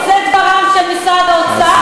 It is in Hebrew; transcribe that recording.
שני פקידים עושי דבריו של משרד האוצר,